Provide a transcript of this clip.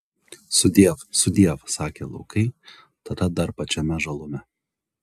sudiev sudiev sakė laukai tada dar pačiame žalume